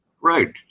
Right